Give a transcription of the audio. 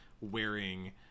wearing